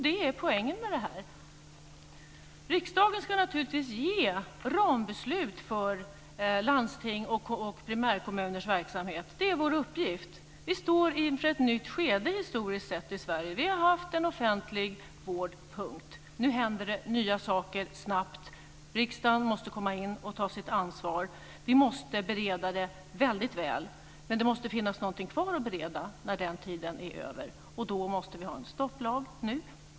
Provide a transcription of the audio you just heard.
Det är poängen med detta. Riksdagen ska naturligtvis fatta rambeslut för landstings och primärkommuners verksamhet. Det är vår uppgift. Vi står inför ett nytt skede historiskt sett i Sverige. Vi har haft en offentlig vård. Nu händer det nya saker snabbt. Riksdagen måste komma in och ta sitt ansvar. Vi måste bereda detta väldigt väl. Men det måste finnas någonting kvar att bereda när den tiden är över. Och därför måste vi ha en stopplag nu.